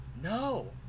No